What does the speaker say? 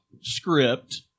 script